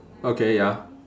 okay ya